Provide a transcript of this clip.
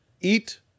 eat